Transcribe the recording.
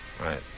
Right